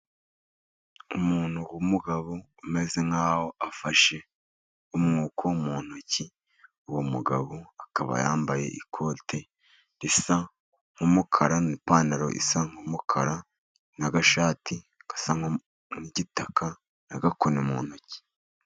Umuntu w'umugabo, umeze nk'aho afashe umwuko mu ntoki, uwo mugabo akaba yambaye ikoti risa n'umukara, n'ipantaro isa nk'umukara, n'agashati gasa n'igitaka, n'agakoni mu ntoki.